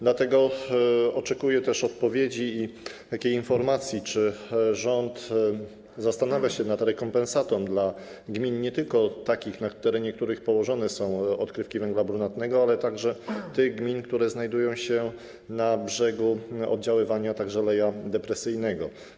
Dlatego oczekuję odpowiedzi i informacji, czy rząd zastanawia się nad rekompensatą dla gmin - nie tylko tych gmin, na terenie których są położone odkrywki węgla brunatnego, ale także tych gmin, które znajdują się na brzegu oddziaływania leja depresyjnego.